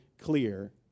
clear